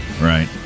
Right